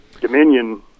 Dominion